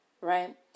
right